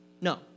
No